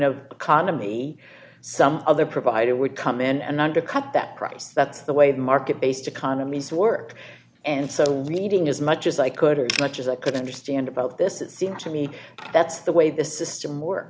economy some other provider would come in and undercut that price that's the way the market based economies work and so reading as much as i could or much as i could understand about this it seems to me that's the way the system wor